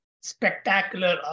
spectacular